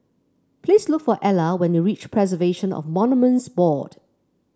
please look for Ela when you reach Preservation of Monuments Board